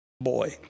boy